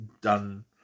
done